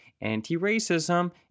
anti-racism